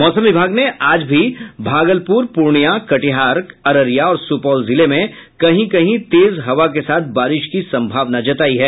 मौसम विभाग ने आज भी भागलपुर पूर्णिया कटिहार अररिया और सुपौल जिले में कहीं कहीं तेज हवा के साथ बारिश की संभावना जतायी है